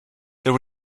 there